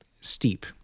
steep